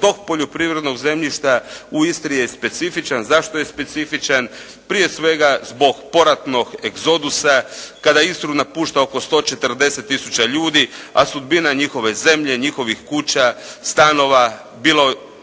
tog poljoprivrednog zemljišta u Istri je specifičan, zašto je specifičan? Prije svega zbog poratnog egzodusa kada Istru napušta oko 140 tisuća ljudi, a sudbina njihove zemlje, njihovih kuća, stanova, bilo